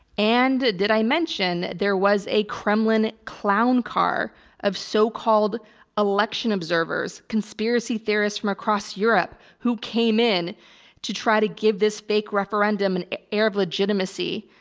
and did i mention there was a kremlin clown car of so called election observers, conspiracy theorists from across europe, who came in to try to give this fake referendum an air of legitimacy.